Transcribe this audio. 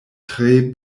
tre